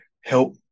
Help